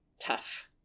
tough